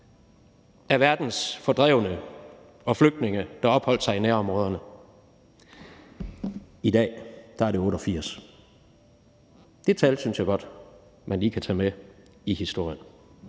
af verdens fordrevne og flygtninge, der opholdt sig i nærområderne, i dag er det 88 pct. Det tal synes jeg godt man lige kan tage med i historien.